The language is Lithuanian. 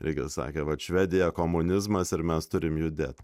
irgi sakė vat švedija komunizmas ir mes turim judėt